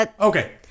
Okay